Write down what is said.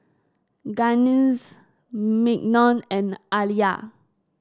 Gaines Mignon and Aliyah